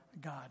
God